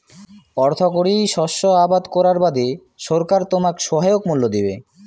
অর্থকরী শস্য আবাদ করার বাদে সরকার তোমাক সহায়ক মূল্য দিবে